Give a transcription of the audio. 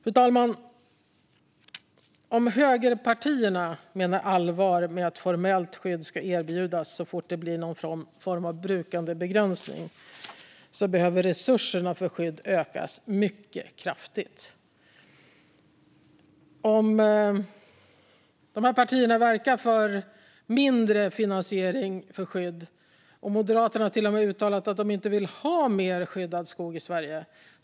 Fru talman! Om högerpartierna menar allvar med att formellt skydd ska erbjudas så fort det blir någon form av brukandebegränsning behöver resurserna för skydd ökas mycket kraftigt. Dessa partier verkar för mindre finansiering för skydd, och Moderaterna har till och med uttalat att de inte vill ha mer skyddad skog i Sverige.